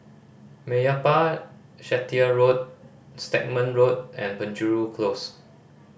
Meyappa Chettiar Road Stagmont Road and Penjuru Close